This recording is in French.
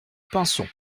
pinson